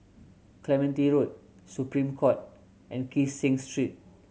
Clementi Road Supreme Court and Kee Seng Street